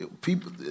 people